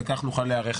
וכך נוכל להיערך